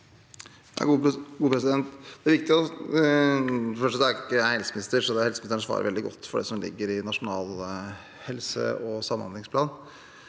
Først: Jeg er ikke helseminister, og helseministeren kan svare veldig godt for det som ligger i Nasjonal helse- og samhandlingsplan.